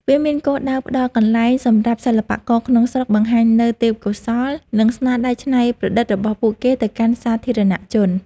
វាមានគោលដៅផ្ដល់កន្លែងសម្រាប់សិល្បករក្នុងស្រុកបង្ហាញនូវទេពកោសល្យ និងស្នាដៃច្នៃប្រឌិតរបស់ពួកគេទៅកាន់សាធារណជន។